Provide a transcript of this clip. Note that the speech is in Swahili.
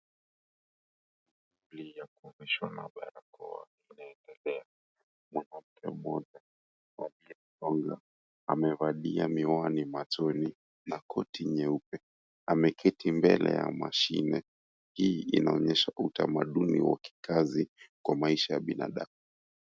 ... ya kuoneshwa mabarakoa inaendelea, mwanamke mmoja aliyesonga amevalia miwani machoni na koti nyeupe, ameketi mbele ya mashine, hii inaonyesha utamaduni wa kikazi kwa maisha ya binadamu.